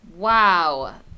Wow